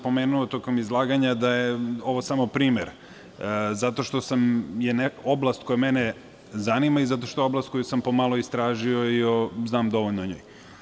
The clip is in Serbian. Pomenuo sam tokom izlaganja da je ovo samo primer, zato što je oblast koja mene zanima i zato što je oblast koju sam pomalo istražio i znam dovoljno o njoj.